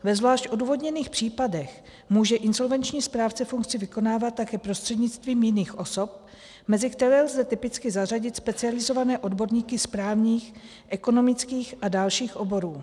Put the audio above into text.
Ve zvlášť odůvodněných případech může insolvenční správce funkci vykonávat také prostřednictvím jiných osob, mezi které lze typicky zařadit specializované odborníky z právních, ekonomických a dalších oborů.